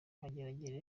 mageragere